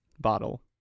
bottle